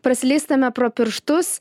praslystame pro pirštus